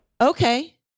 Okay